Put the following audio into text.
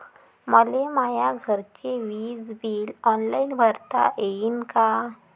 मले माया घरचे विज बिल ऑनलाईन भरता येईन का?